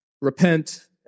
repent